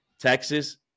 Texas